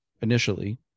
initially